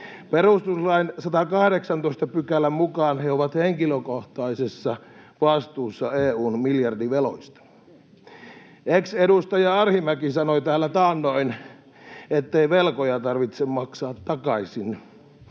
Perustuslain 118 §:n mukaan he ovat henkilökohtaisessa vastuussa EU:n miljardiveloista. Ex-edustaja Arhinmäki sanoi täällä taannoin, ettei velkoja tarvitse maksaa takaisin.